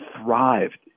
thrived